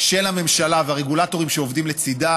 של הממשלה והרגולטורים שעובדים לצידה